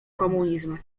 komunizm